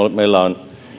meillä on